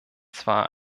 zwar